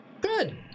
Good